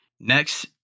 Next